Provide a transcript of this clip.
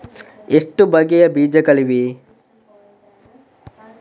ಎಷ್ಟು ಬಗೆಯ ಬೀಜಗಳಿವೆ?